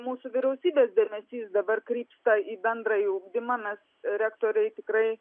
mūsų vyriausybės dėmesys dabar krypsta į bendrąjį ugdymą mes rektoriai tikrai